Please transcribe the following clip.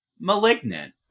Malignant